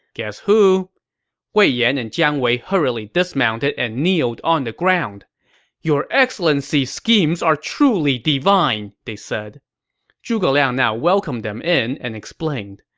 guess who wei yan and jiang wei hurriedly dismounted and kneeled on the ground your excellency's schemes are truly divine! they said zhuge liang now welcomed them in and explained,